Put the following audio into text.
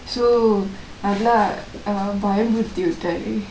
so எப்படிலா பயமுருத்தி விட்டாரு:eppadilaa bayamurthi vittaru